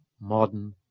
modern